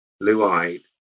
blue-eyed